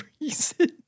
reason